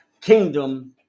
kingdom